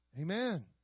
Amen